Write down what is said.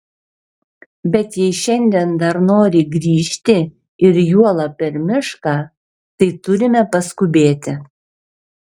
bet jei šiandien dar nori grįžti ir juolab per mišką tai turime paskubėti